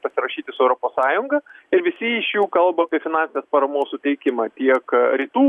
pasirašyti su europos sąjunga ir visi iš jų kalba apie finansinės paramos suteikimą tiek rytų